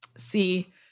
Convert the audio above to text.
See